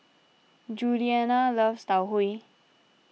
Juliana loves Tau Huay